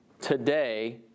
today